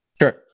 Sure